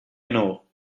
know